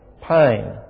pain